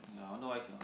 ya I wonder why cannot